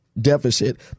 deficit